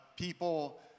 people